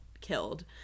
killed